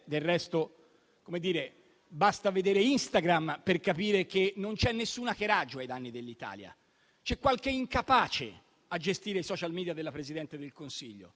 Del resto, basta vedere Instagram per capire che non c'è nessun hackeraggio ai danni dell'Italia, c'è qualche incapace a gestire i *social media* della Presidente del Consiglio.